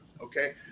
okay